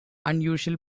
unusual